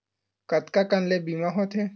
कतका कन ले बीमा होथे?